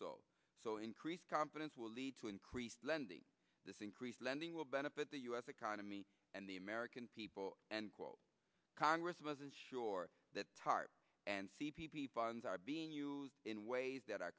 so so increased confidence will lead to increased lending this increase lending will benefit the u s economy and the american people and quote congress wasn't sure that tarp and c p p funds are being used in ways that are